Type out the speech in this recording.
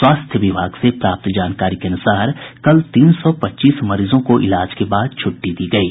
स्वास्थ्य विभाग से प्राप्त जानकारी के अनुसार कल तीन सौ पच्चीस मरीजों को इलाज के बाद छुट्टी दी गयी